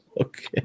Okay